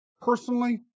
personally